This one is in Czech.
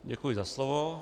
Děkuji za slovo.